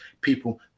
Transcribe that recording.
people